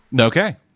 Okay